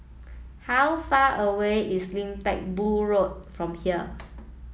how far away is Lim Teck Boo Road from here